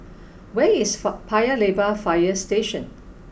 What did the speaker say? where is fa Paya Lebar Fire Station